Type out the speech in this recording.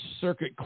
circuit